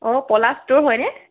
অ' পলাশটো হয়নে